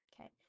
Okay